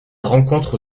rencontre